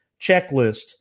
checklist